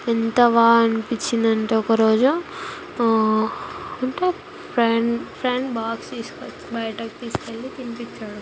ఎంత బాగా అనిపిచ్చిందంటే ఒక రోజు అంటే ఫ్రెండ్ ఫ్రెండ్ బాక్స్ తీసుకొచ్చి బయటకు తీసుకెళ్ళి తినిపిచ్చాడు